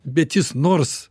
bet jis nors